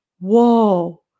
Whoa